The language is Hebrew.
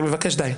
אני מבקש די.